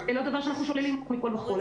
זה לא דבר שאנחנו שוללים מכול וכול,